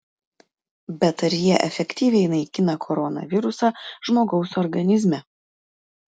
bet ar jie efektyviai naikina koronavirusą žmogaus organizme